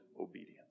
obedience